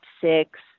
six